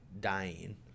dying